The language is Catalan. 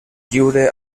lliure